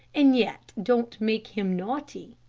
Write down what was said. and yet don't make him naughty.